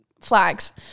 flags